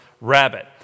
rabbit